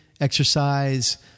exercise